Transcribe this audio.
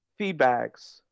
feedbacks